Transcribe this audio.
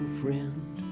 friend